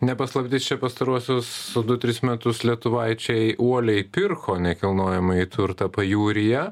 ne paslaptis čia pastaruosius du tris metus lietuvaičiai uoliai pirko nekilnojamąjį turtą pajūryje